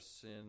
sin